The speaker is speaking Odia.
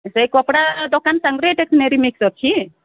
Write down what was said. ସେଇ କପଡ଼ା ଦୋକାନ ସାଙ୍ଗରେ ମିକ୍ସ ଅଛି